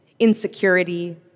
insecurity